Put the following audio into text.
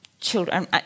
children